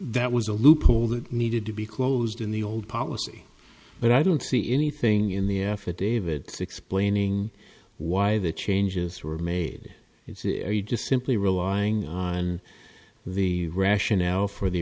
that was a loophole that needed to be closed in the old policy but i don't see anything in the affidavit explaining why the changes were made it's just simply relying on the rationale for the